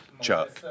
Chuck